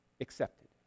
accepted